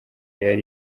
yari